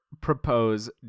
propose